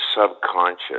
subconscious